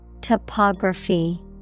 Topography